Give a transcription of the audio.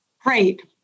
Great